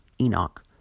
Enoch